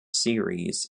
series